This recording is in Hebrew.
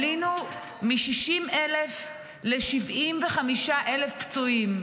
עלינו מ-60,000 ל-75,000 פצועים.